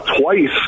twice